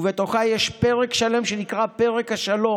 ובתוכה יש פרק שלם שנקרא פרק השלום,